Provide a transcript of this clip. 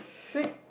thick